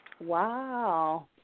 Wow